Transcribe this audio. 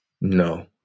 No